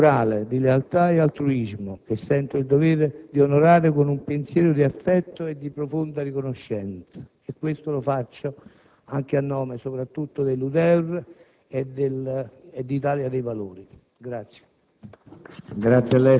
È un esempio morale di lealtà e altruismo che sento il dovere di onorare con un pensiero di affetto e di profonda riconoscenza. Questo lo faccio anche a nome dell'Udeur e dell'Italia dei Valori.